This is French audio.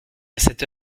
cette